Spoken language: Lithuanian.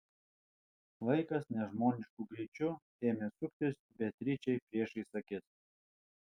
laikas nežmonišku greičiu ėmė suktis beatričei priešais akis